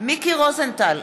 מיקי רוזנטל,